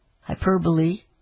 hyperbole